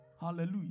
hallelujah